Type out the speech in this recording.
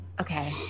Okay